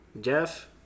Jeff